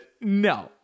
No